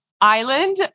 Island